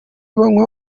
banywa